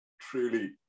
truly